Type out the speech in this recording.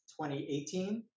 2018